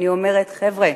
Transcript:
אני אומרת: חבר'ה,